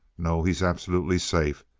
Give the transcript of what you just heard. no, he's absolutely safe,